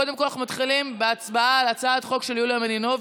קודם כול אנחנו מתחילים בהצבעה על הצעת החוק של יוליה מלינובסקי,